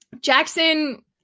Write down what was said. Jackson